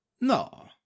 No